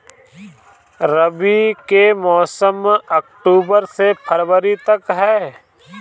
रबी के मौसम अक्टूबर से फ़रवरी तक ह